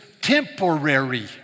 temporary